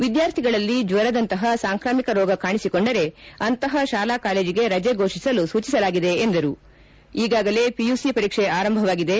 ವಿದ್ಯಾರ್ಥಿಗಳಲ್ಲಿ ಜ್ವರದಂತಹ ಸಾಂಕ್ರಾಮಿಕ ರೋಗ ಕಾಣಿಸಿಕೊಂಡರೆ ಅಂತಹ ಶಾಲಾ ಕಾಲೇಜಿಗೆ ರಜೆ ಘೋಷಿಸಲು ಸೂಚಿಸಲಾಗಿದೆ ಎಂದರು ಈಗಾಗಲೇ ಪಿಯುಸಿ ಪರೀಕ್ಷೆ ಆರಂಭವಾಗಿದೆ